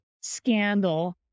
scandal